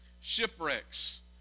Shipwrecks